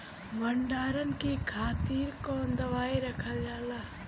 भंडारन के खातीर कौन दवाई रखल जाला?